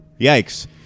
Yikes